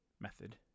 method